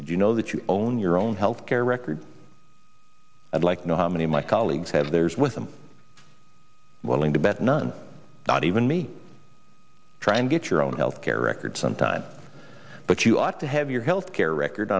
did you know that you own your own health care record i'd like to know how many of my colleagues have theirs with i'm willing to bet none not even me try and get your own health care record sometime but you ought to have your health care record